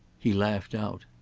he laughed out.